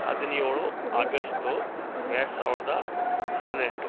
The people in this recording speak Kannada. ಹದಿನೇಳು ಆಗಸ್ಟು ಎರಡು ಸಾವಿರದ ಹದಿನೆಂಟು